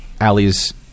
alleys